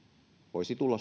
voisi tulla